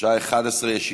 13 בדצמבר 2017,